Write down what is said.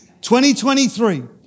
2023